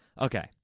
Okay